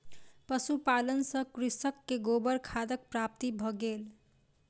पशुपालन सॅ कृषक के गोबर खादक प्राप्ति भ गेल